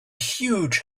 huge